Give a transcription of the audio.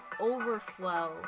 overflow